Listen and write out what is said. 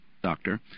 doctor